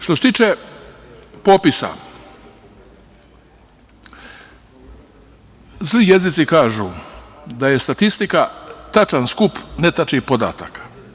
Što se tiče popisa, zli jezici kažu da je statistika tačan skup netačnih podataka.